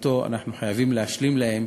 שאותו אנחנו חייבים להשלים להם,